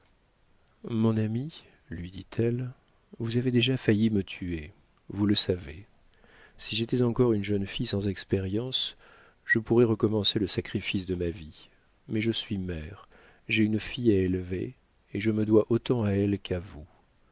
mon ami lui dit-elle vous avez déjà failli me tuer vous le savez si j'étais encore une jeune fille sans expérience je pourrais recommencer le sacrifice de ma vie mais je suis mère j'ai une fille à élever et je me dois autant à elle qu'à vous